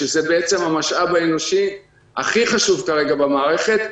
שזה המשאב האנושי הכי חשוב כרגע במערכת,